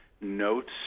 notes